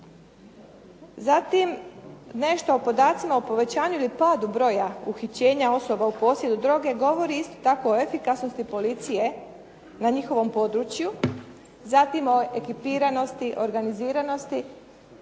Zatim nešto o podacima o povećanju ili padu broja uhićenja osoba u posjedu droge govori isto tako o efikasnosti policije na njihovom području, zatim o ekipiranosti, organiziranosti.